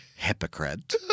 Hypocrite